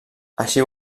així